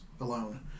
alone